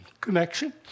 connection